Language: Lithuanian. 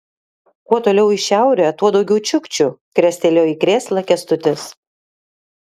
kuo toliau į šiaurę tuo daugiau čiukčių krestelėjo į krėslą kęstutis